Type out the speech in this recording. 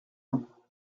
vingts